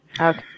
Okay